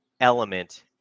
element